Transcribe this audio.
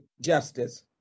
justice